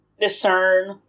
discern